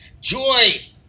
Joy